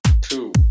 two